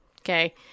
okay